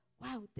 Wow